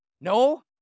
no